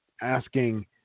asking